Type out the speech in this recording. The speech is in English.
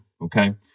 okay